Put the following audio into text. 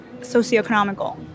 socioeconomical